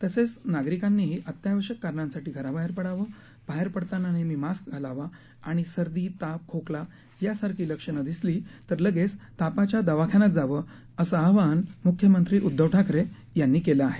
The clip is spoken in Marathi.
तसेच नागरिकांनीही अत्यावश्यक कारणांसाठी घराबाहेर पडावं बाहेर पडताना नेहमी मास्क घालावा आणि सर्दी ताप खोकला यासारखी लक्षणं दिसली तर लगेच तापाच्या दवाखान्यात जावं असं आवाहन म्ख्यमंत्री उद्धव ठाकरे यांनी केलं आहे